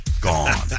Gone